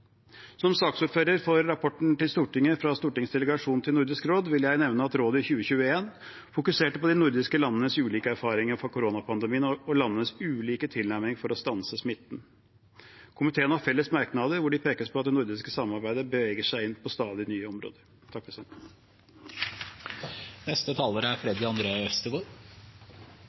Som saksordfører for rapporten til Stortinget fra Stortingets delegasjon til Nordisk råd vil jeg nevne at Rådet i 2021 fokuserte på de nordiske landenes ulike erfaringer fra koronapandemien og landenes ulike tilnærminger for å stanse smitten. Komiteen har felles merknader hvor det pekes på at det nordiske samarbeidet beveger seg inn på stadig nye områder. Takk